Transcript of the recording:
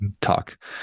Talk